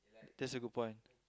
that's a good point